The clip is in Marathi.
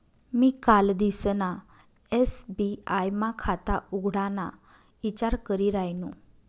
मी कालदिसना एस.बी.आय मा खाता उघडाना ईचार करी रायनू